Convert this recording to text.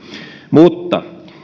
mutta